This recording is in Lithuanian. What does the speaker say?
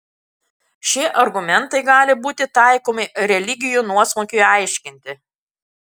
šie argumentai gali būti taikomi religijų nuosmukiui aiškinti